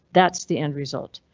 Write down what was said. that's the end result.